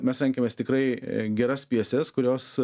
mes renkamės tikrai geras pjeses kurios